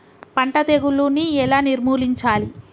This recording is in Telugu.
పంట తెగులుని ఎలా నిర్మూలించాలి?